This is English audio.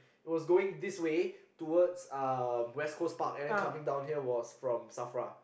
it was going this way towards um West-Coast-Park and then come down here was from Safra